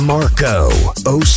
Marco